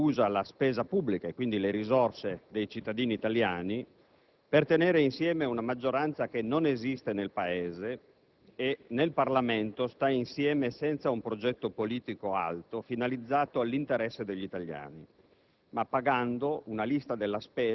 moralmente irresponsabile perché usa la spesa pubblica, e quindi le risorse dei cittadini italiani, per tenere insieme una maggioranza che non esiste nel Paese e che nel Parlamento sta insieme senza un progetto politico alto finalizzato agli interessi degli italiani,